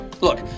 Look